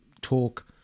talk